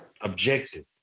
objective